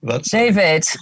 David